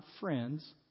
friends